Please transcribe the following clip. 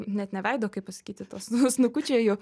net ne veido kaip pasakyti to s snukučio jų